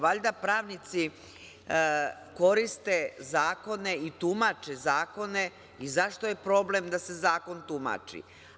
Valjda pravnici koriste zakone i tumače zakone i zašto je problem da se zakon tumači?